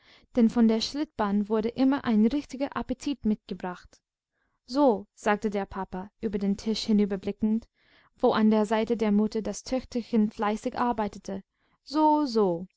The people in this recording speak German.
denn von der schlittbahn wurde immer ein richtiger appetit mitgebracht so sagte der papa über den tisch hinüberblickend wo an der seite der mutter das töchterchen fleißig arbeitete so so